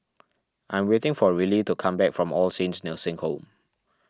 I am waiting for Rillie to come back from All Saints Nursing Home